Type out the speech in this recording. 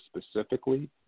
specifically